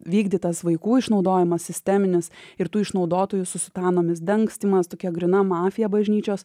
vykdytas vaikų išnaudojimas sisteminis ir tų išnaudotojų su sutanomis dangstymas tokia gryna mafija bažnyčios